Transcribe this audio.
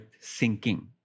sinking